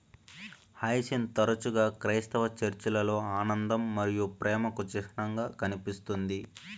hyacinth తరచుగా క్రైస్తవ చర్చిలలో ఆనందం మరియు ప్రేమకు చిహ్నంగా కనిపిస్తుంది